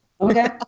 Okay